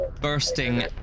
bursting